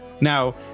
Now